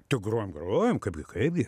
tai grojom grojom kaipgi kaipgi